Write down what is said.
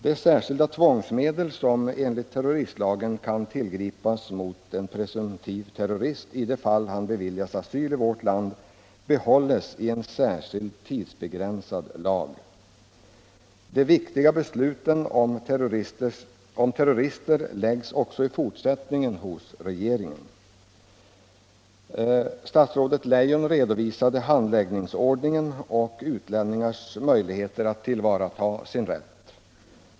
De särskilda tvångsmedel som enligt terroristlagen kan tillgripas mot en presumtiv terrorist om han beviljas asyl i vårt land behålles i en särskild tidsbegränsad lag. De viktiga besluten om terrorister ankommer också i fortsättningen på regeringen. Statsrådet Leijon redovisade handläggningsordningen och utlänningars möjligheter att tillvarata sin rätt.